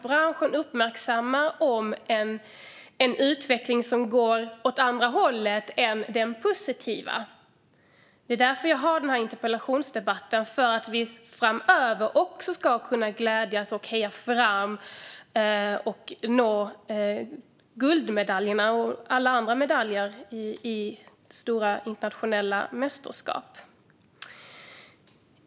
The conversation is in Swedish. Branschen pekar på en utveckling som går åt ett annat håll än det positiva. Jag vill ha denna interpellationsdebatt för att vi också framöver ska kunna glädjas åt och heja fram guldmedaljer och alla andra medaljer i stora internationella mästerskap.